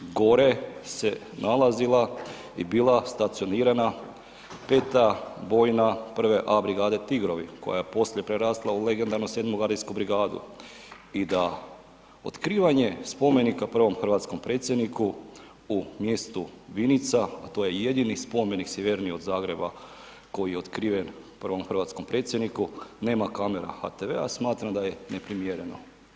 Gore se nalazila i bila stacionirana 5. bojna 1A brigade Tigrovi koja je poslije prerasla u legendarnu 7. gardijsku brigadu i da otkrivanje spomenika prvom hrvatskom predsjedniku u mjestu Vinica, a to je jedini spomenik sjevernije od Zagreba koji je otkriven prvom hrvatskom predsjedniku nema kamare HTV-a, smatram da je neprimjereno.